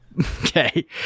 Okay